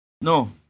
No